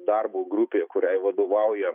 darbo grupė kuriai vadovauja